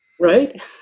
right